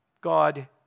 God